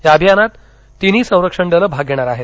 या अभियानात तिन्ही संरक्षण दलं भाग घेणार आहेत